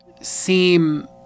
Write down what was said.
seem